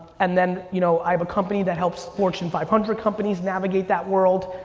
and then, you know i have a company that helps fortune five hundred companies navigate that world,